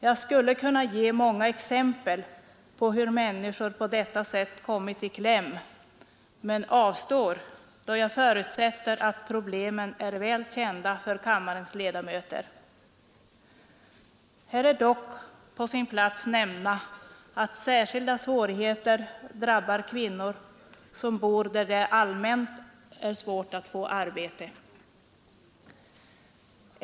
Jag skulle kunna ge många exempel på hur människor på detta sätt kommit i kläm men avstår, då jag förutsätter att problemen är väl kända för kammarens ledamöter. Här är dock på sin plats att nämna att särskilda svårigheter drabbar kvinnor som bor där det allmänt är svårt att få arbete.